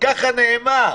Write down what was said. ככה נאמר.